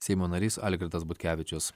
seimo narys algirdas butkevičius